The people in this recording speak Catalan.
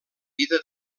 vida